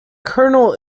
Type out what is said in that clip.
kernel